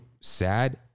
Sad